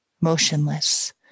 motionless